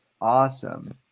awesome